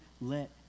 let